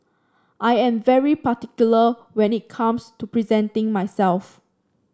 I am very particular when it comes to presenting myself